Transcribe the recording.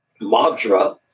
Mantra